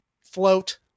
float